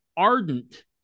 Ardent